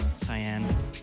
Cyan